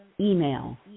email